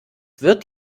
wird